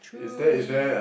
truly